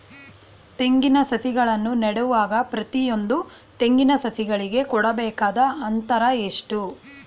ತೆಂಗಿನ ಸಸಿಗಳನ್ನು ನೆಡುವಾಗ ಪ್ರತಿಯೊಂದು ತೆಂಗಿನ ಸಸಿಗಳಿಗೆ ಕೊಡಬೇಕಾದ ಅಂತರ ಎಷ್ಟು?